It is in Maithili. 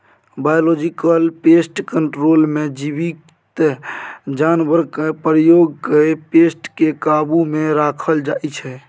बायोलॉजिकल पेस्ट कंट्रोल मे जीबित जानबरकेँ प्रयोग कए पेस्ट केँ काबु मे राखल जाइ छै